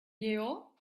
lleó